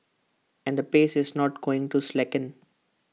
and the pace is not going to slacken